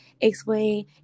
explain